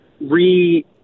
re